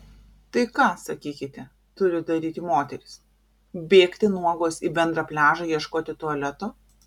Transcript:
tai ką sakykite turi daryti moterys bėgti nuogos į bendrą pliažą ieškoti tualeto